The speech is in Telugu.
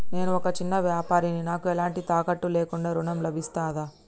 నేను ఒక చిన్న వ్యాపారిని నాకు ఎలాంటి తాకట్టు లేకుండా ఋణం లభిస్తదా?